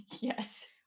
Yes